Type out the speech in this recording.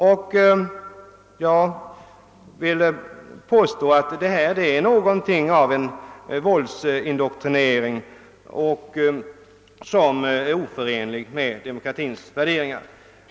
Jag vill påstå att det pågår en våldsindoktrinering som är oförenlig med demokratins värderingar.